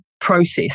process